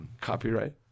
Copyright